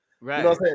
Right